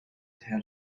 had